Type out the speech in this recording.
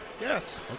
Yes